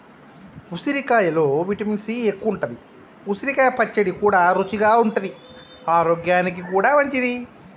ఉసిరికాయలో vitamin C ఎక్కువుంటది, ఉసిరికాయ పచ్చడి కూడా రుచిగా ఉంటది ఆరోగ్యానికి కూడా మంచిది